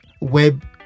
web